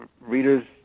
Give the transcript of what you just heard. readers